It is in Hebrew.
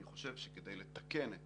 אני חושב שכדי לתקן את